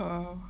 so